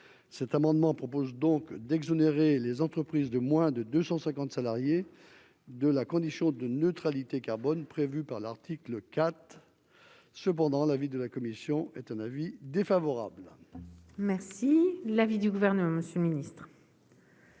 cet amendement propose donc d'exonérer les entreprises de moins de 250 salariés de la condition de neutralité carbone prévue par l'article 4 cependant l'avis de la commission est un avis défavorable. Merci l'avis du gouvernement, Monsieur le Ministre.